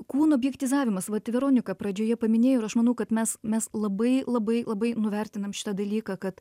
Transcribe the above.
kūno objektizavimas vat veronika pradžioje paminėjo ir aš manau kad mes mes labai labai labai nuvertinam šitą dalyką kad